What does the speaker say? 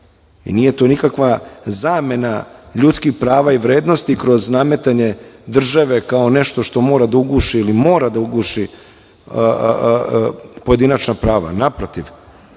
i nije to nikakva zamena ljudskih prava i vrednosti kroz nametanje države kao nešto što mora da uguši ili mora da uguši pojedinačna prava, naprotiv,